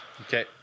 Okay